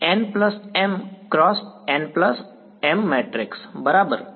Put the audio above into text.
વિદ્યાર્થી